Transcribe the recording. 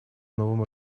новым